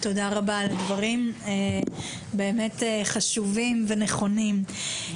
תודה רבה על הדברים, שהם באמת חשובים ונכונים.